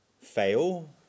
fail